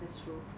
that's true